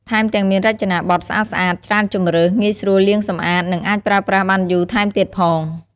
ថែមទាំងមានរចនាបថស្អាតៗ ច្រើនជម្រើស ងាយស្រួលលាងសម្អាត និងអាចប្រើប្រាស់បានយូរថែមទៀតផង។